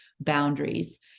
boundaries